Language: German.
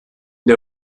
der